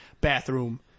bathroom